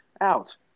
out